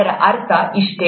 ಅದರ ಅರ್ಥ ಇಷ್ಟೇ